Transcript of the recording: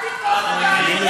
אל תתקוף אותנו,